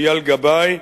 אייל גבאי,